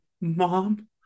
mom